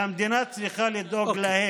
מה כל כך מלחיץ אתכם,